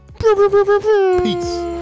Peace